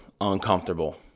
uncomfortable